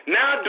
Now